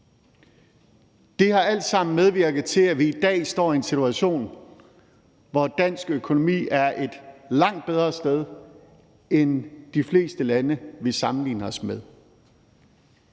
Det har alt sammen medvirket til, at vi i dag står i en situation, hvor dansk økonomi er et langt bedre sted end i de fleste lande, vi sammenligner os med.